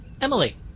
Emily